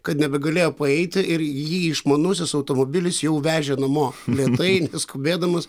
kad nebegalėjo paeiti ir jį išmanusis automobilis jau vežė namo lėtai neskubėdamas